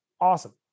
Awesome